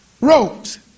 wrote